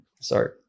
Sorry